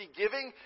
giving